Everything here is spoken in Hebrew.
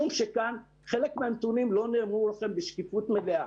חלק מהנתונים לא נאמרו לכם בשקיפות מלאה.